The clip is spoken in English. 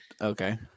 okay